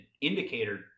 indicator